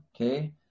Okay